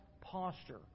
posture